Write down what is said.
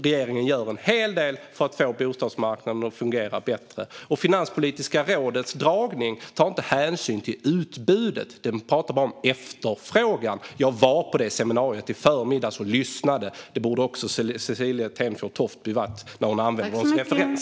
Regeringen gör ändå en hel del för att få bostadsmarknaden att fungera bättre. I Finanspolitiska rådets föredragning tog man inte hänsyn till utbudet, utan man talade bara om efterfrågan. Jag var och lyssnade på det seminariet i förmiddags. Det borde också Cecilie Tenfjord Toftby ha varit eftersom hon använder dem som referens.